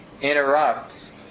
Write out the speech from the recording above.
interrupts